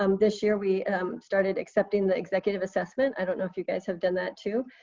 um this year we started accepting the executive assessment. i don't know if you guys have done that too.